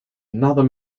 another